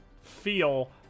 feel